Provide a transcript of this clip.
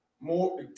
more